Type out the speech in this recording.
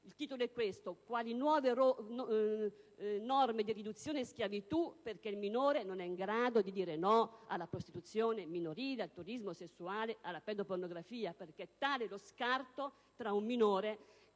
di turismo sessuale quali nuove norme di riduzione in schiavitù, perché il minore non è in grado di opporsi alla prostituzione minorile, al turismo sessuale, alla pedopornografia dato l'enorme lo scarto tra un minore